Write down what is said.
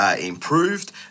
improved